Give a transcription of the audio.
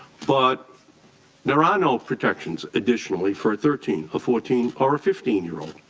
but there are no protections additionally for thirteen or fourteen or fifteen year old.